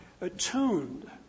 attuned